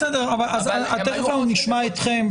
תיכף נשמע אתכם,